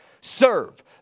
Serve